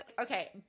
Okay